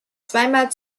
zweimal